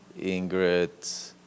Ingrid